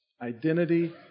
identity